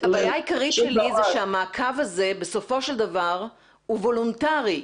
הבעיה העיקרית שלי זה שהמעקב הזה בסופו של דבר הוא וולונטרי,